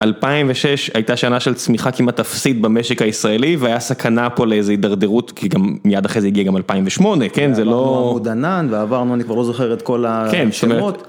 2006 הייתה שנה של צמיחה כמעט אפסית במשק הישראלי והיה סכנה פה לאיזה הידרדרות כי גם מיד אחרי זה הגיע גם 2008 כן זה לא עוד ענן ועברנו אני כבר לא זוכר את כל השמות.